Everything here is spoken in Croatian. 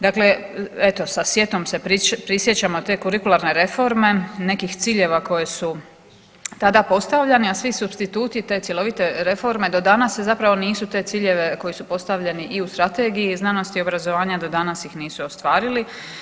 Dakle, eto sa sjetom se prisjećamo te kurikularne reforme, nekih ciljeva koji su tada postavljeni, a svi supstituti te cjelovite reforme do danas zapravo nisu te ciljeve koji su postavljeni i u strategiji znanosti i obrazovanja do danas ih nisu ostvarili.